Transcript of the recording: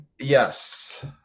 Yes